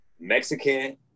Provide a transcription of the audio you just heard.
Mexican